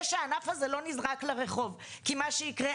שהענף הזה לא נזרק לרחוב כי מה שיקרה,